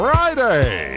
Friday